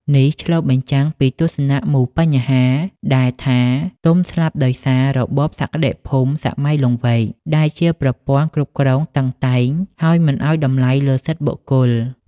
នេះឆ្លុះបញ្ចាំងពីទស្សនៈមូលបញ្ហាដែលថាទុំស្លាប់ដោយសារ "របបសក្តិភូមិសម័យលង្វែក" ដែលជាប្រព័ន្ធគ្រប់គ្រងតឹងតែង ហើយមិនឲ្យតម្លៃលើសិទ្ធិបុគ្គល។